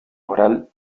oral